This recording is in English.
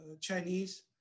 Chinese